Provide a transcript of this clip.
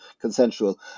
consensual